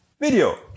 Video